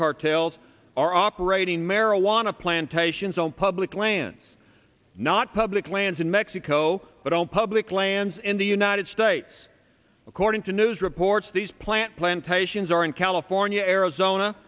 cartels are operating marijuana plantations on public lands not public lands in mexico but on public lands in the united states according to news reports these plant plantations are in california arizona